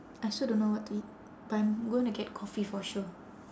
I also don't know what to eat but I'm gonna get coffee for sure